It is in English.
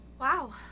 Wow